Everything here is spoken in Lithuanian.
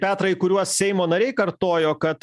petrai kuriuos seimo nariai kartojo kad